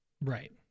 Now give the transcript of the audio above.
right